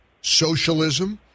socialism